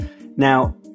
Now